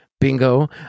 Bingo